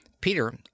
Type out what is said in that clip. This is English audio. Peter